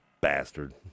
bastard